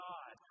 God